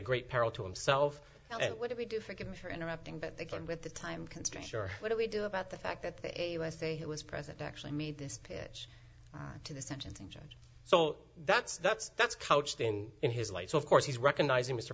great peril to himself and what do we do forgive me for interrupting but they can with the time constraint sure what do we do about the fact that they say he was present actually made this pitch to the sentencing judge so that's that's that's couched in in his life so of course he's recognizing mr